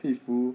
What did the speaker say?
佩服